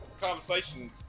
conversation